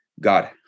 God